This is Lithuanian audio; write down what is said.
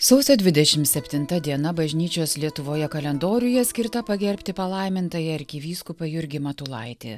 sausio dvidešim septinta diena bažnyčios lietuvoje kalendoriuje skirta pagerbti palaimintąjį arkivyskupą jurgį matulaitį